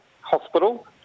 Hospital